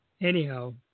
Anyhow